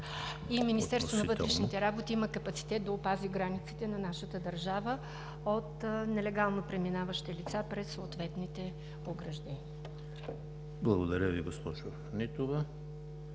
и Министерството на вътрешните работи има капацитет да опази границите на нашата държава от нелегално преминаващи лица през съответните ограждения. ПРЕДСЕДАТЕЛ ЕМИЛ ХРИСТОВ: Благодаря Ви, госпожо Нитова.